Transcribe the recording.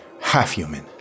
half-human